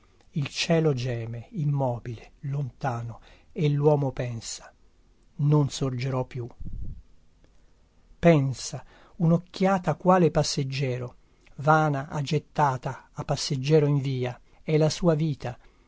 il cielo geme immobile lontano e luomo pensa non sorgerò più pensa un occhiata quale passeggero vana ha gettata a passeggero in via è la sua vita